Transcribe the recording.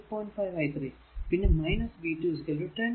5 i 3 പിന്നെ v 2 10 i2